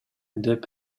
деп